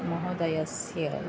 महोदयस्य